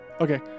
Okay